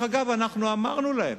דרך אגב, אנחנו אמרנו להם,